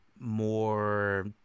more